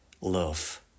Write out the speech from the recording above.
love